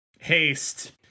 Haste